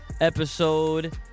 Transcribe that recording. episode